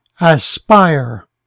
Aspire